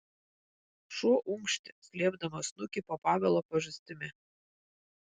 šuo unkštė slėpdamas snukį po pavelo pažastimi